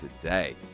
today